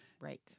Right